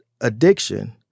addiction